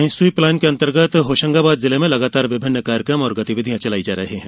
वहीं SVEEP plan के अंतर्गत होशंगाबाद जिले में लगातार विभिन्न कार्यक्रम और गतिविधियां चलायी जा रही हैं